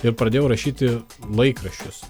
ir pradėjau rašyti laikraščius